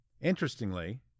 Interestingly